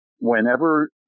whenever